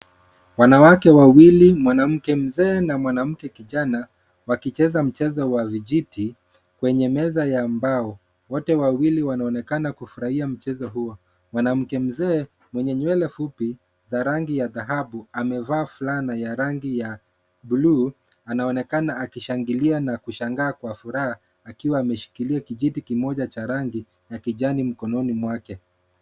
Wanawake wawili, mwanamke mzee na mwanamke kijana wakicheza mchezo wa vijiti kwenye meza ya mbao. Wote wawili wanaonekana kufurahia mchezo huo, mwanamke mzee mwenye nywele fupi za rangi ya dhahabu amevaa fulana ya rangi ya bluu, anaonekana akishangilia na kushangaa kwa furaha akiwa ameshikilia kijiti kimoja cha rangi ya kijani mkononi mwake.